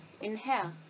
inhale